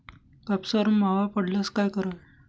कापसावर मावा पडल्यास काय करावे?